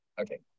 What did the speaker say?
Okay